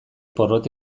porrot